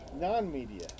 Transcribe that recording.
non-media